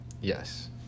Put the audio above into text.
Yes